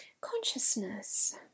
consciousness